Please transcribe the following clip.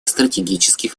стратегических